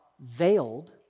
veiled